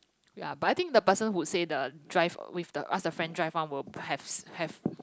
ya but I think the person who say the drive with the ask the friend drive [one] will have have